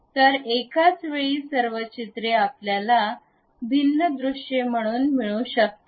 तर एकाच वेळी सर्व चित्रे आपल्याला भिन्न दृश्ये म्हणून मिळू शकतात